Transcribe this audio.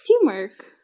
teamwork